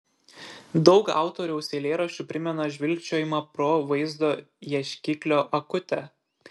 daug autoriaus eilėraščių primena žvilgčiojimą pro vaizdo ieškiklio akutę